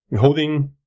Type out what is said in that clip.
holding